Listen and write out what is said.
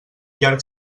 llarg